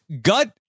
gut